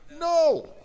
No